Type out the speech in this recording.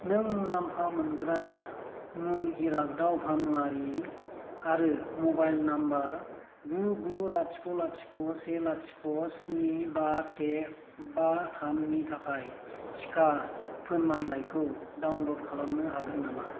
नों मुलाम्फा मोनग्रा मुं इराग्दाव भानुवारि आरो म'बाइल नाम्बार गु गु लाथिख' लाथिख' से लाथिख' स्नि बा से बा थामनि थाखाय थिका फोरमानलाइखौ डाउनल'ड खालामनो हागोन नामा